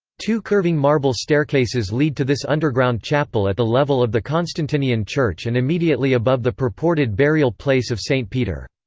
two curving marble staircases lead to this underground chapel at the level of the constantinian church and immediately above the purported burial place of saint peter.